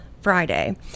Friday